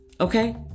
Okay